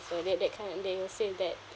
so that that kind they have said that